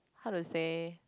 how to say